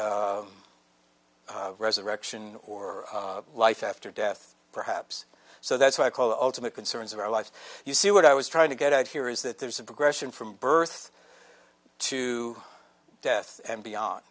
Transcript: the resurrection or life after death perhaps so that's what i call ultimate concerns of our life you see what i was trying to get out here is that there's a progression from birth to death and beyon